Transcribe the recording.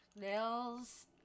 nails